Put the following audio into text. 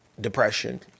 depression